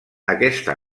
aquesta